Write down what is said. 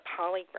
polygraph